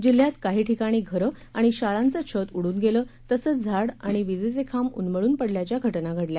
जिल्ह्यात काही ठिकाणी घरं आणि शाळांचे छत उडून गेलं तसंच झाडं आणि विजेचे खांब उन्मळून पडल्याच्या घटना घडल्या